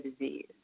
disease